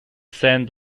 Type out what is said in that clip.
send